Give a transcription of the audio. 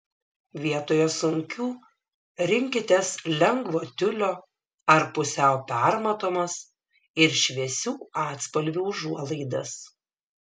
vietoje sunkių rinkitės lengvo tiulio ar pusiau permatomas ir šviesių atspalvių užuolaidas